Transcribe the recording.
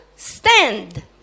Stand